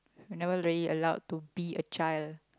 you're never really allowed to be a child